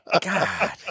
God